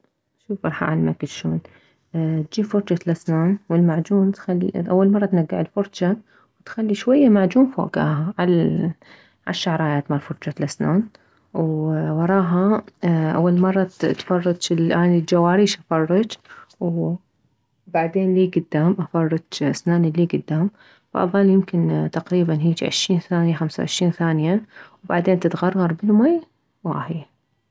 شوف راح اعلمك شلون تجيب فرشة الاسنان اول مرة تنكع الفرشة تخلي شوية معجون فوكاها عالشعرايات مالفرشة الاسنان ووراها اول مرة تفرش اني الجواريش افرش وبعدين ليكدام افرش اسناني اليكدام واظل يمكن تقريبا افرش عشرين ثانية خمسة وعشرين ثانية بعدين تتغرغر بالماي وهاهي